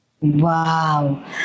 Wow